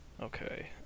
Okay